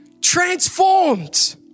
Transformed